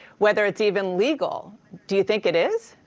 whether it's even legal. do you think it is?